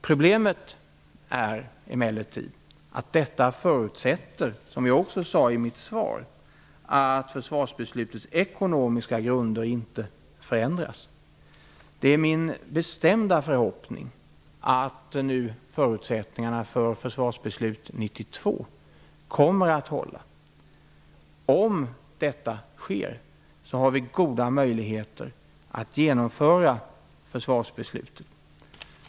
Problemet är emellertid att detta förutsätter, som jag också sade i mitt svar, att försvarsbeslutets ekonomiska grunder inte förändras. Det är min bestämda förhoppning att förutsättningarna för Försvarsbeslut 92 kommer att hålla. Om detta sker har vi goda möjligheter att genomföra försvarsbeslutet.